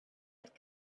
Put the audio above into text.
had